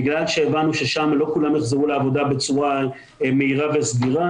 בגלל שהבנו ששם לא כולם יחזרו לעבודה בצורה מהירה וסדירה,